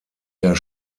der